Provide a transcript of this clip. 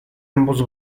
ambos